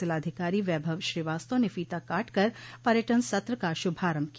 जिलाधिकारी वैभव श्रीवास्तव ने फीता काटकर पर्यटन सत्र का शुभारम्भ किया